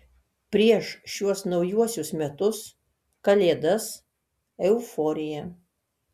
prieš šiuos naujuosius metus kalėdas euforija